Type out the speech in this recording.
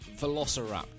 Velociraptor